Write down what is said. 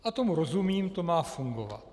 A tomu rozumím, to má fungovat.